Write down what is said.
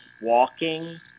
walking